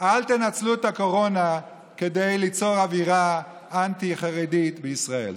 אל תנצלו את הקורונה כדי ליצור אווירה אנטי-חרדית בישראל.